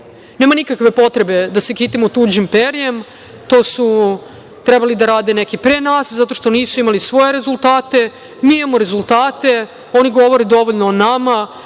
nikakve potrebe da se kitimo tuđim perjem. To su trebali da rade neki pre nas, zato što nisu imali svoje rezultate. Mi imamo rezultate, oni govore dovoljno o nama,